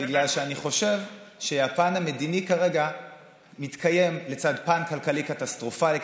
בגלל שאני חושב שהפן המדיני כרגע מתקיים לצד פן כלכלי קטסטרופלי,